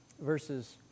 verses